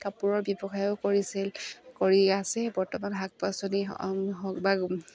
কাপোৰৰ ব্যৱসায়ো কৰিছিল কৰি আছে বৰ্তমান শাক পাচলি হওক বা